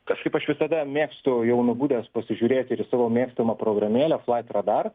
kažkaip aš visada mėgstu jau nubudęs pasižiūrėti ir savo mėgstamą programėlę flait radar